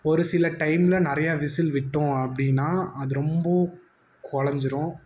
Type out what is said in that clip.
ஒரு சில டைமில் நிறையா விசில் விட்டோம் அப்படின்னா அது ரொம்ப குழஞ்சிரும்